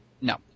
No